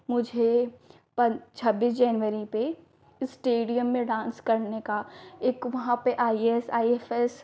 मुझे पर छब्बीस जनवरी पर स्टेडियम में डान्स करने का एक वहाँ पर I A S I F S